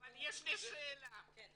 אבל יש לי שאלה אליך.